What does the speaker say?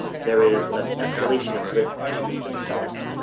there is an escalation of risk to themselves.